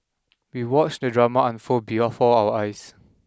we watched the drama unfold before our eyes